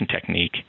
technique